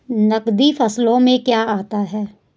नकदी फसलों में क्या आता है?